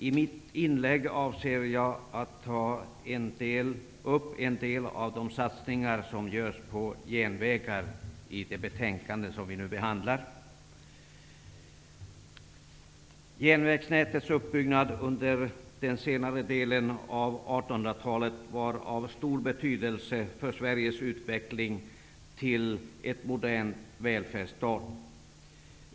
I mitt inlägg avser jag att ta upp en del av de satsningar som görs på järnvägar i det betänkande som vi nu behandlar. Järnvägsnätets uppbyggnad under den senare delen av 1800-talet var av stor betydelse för Sveriges utveckling till en modern välfärdsstat.